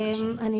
אנחנו